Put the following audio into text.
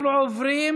אנחנו עוברים